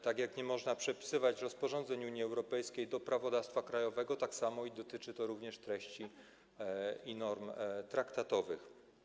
Tak jak nie można przepisywać rozporządzeń Unii Europejskiej do prawodawstwa krajowego, tak samo dotyczy to również treści i norm traktatowych.